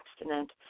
abstinent